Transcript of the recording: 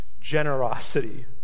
generosity